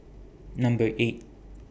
Number eight